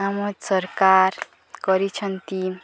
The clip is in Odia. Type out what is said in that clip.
ଆମ ସରକାର କରିଛନ୍ତି